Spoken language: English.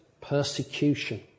persecution